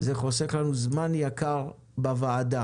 זה חוסך לנו זמן יקר בוועדה.